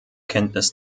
kenntnis